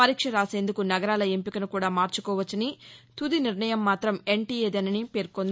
పరీక్ష రాసేందుకు నగరాల ఎంపికను కూడా మార్చుకోవచ్చని తుది నిర్ణయం మాతం ఎన్టీఏ దేనని పేర్కొంది